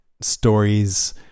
stories